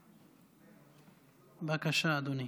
בבקשה, אדוני.